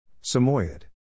Samoyed